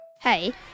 Hey